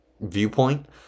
viewpoint